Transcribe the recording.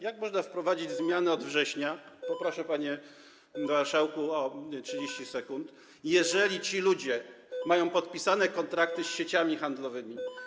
Jak można wprowadzić zmianę od września - poproszę, panie marszałku, o 30 sekund - jeżeli ci ludzie mają podpisane kontrakty z sieciami handlowymi?